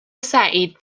سعید